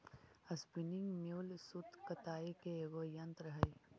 spinning mule सूत कताई के एगो यन्त्र हई